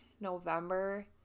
november